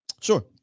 Sure